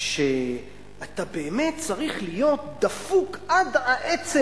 שאתה באמת צריך להיות דפוק עד העצם